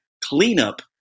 cleanup